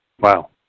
Wow